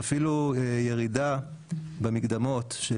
ואפילו ירידה במקדמות,